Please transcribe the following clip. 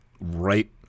right